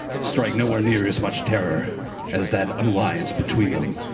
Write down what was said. strike nowhere near as much terror as that alliance between them.